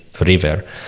river